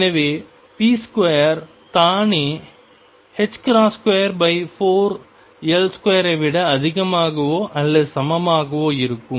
எனவே p2 தானே 24L2 ஐ விட அதிகமாகவோ அல்லது சமமாகவோ இருக்கும்